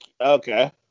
Okay